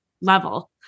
level